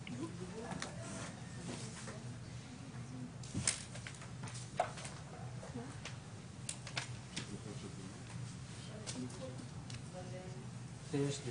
13:57.